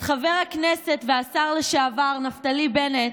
את חבר הכנסת והשר לשעבר נפתלי בנט,